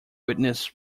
witness